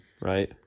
right